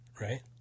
right